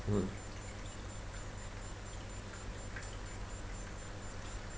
mm